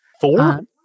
Four